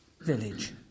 village